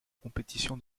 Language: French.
compétition